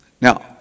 Now